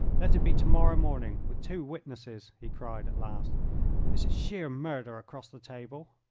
let it be to-morrow morning with two witnesses, he cried, at last this is sheer murder across the table.